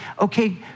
okay